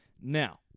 Now